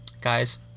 Guys